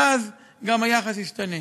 ואז גם היחס ישתנה.